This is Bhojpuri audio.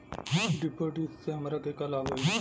डिपाजिटसे हमरा के का लाभ होई?